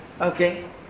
okay